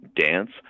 dance